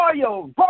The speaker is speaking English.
royal